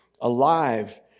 alive